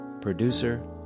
producer